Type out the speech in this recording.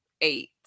eight